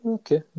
okay